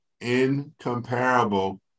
incomparable